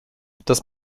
das